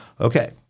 Okay